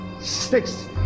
Six